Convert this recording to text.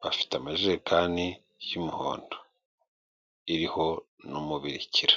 bafite amajerekani y'umuhondo. Iriho n'umubirikira.